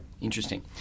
Interesting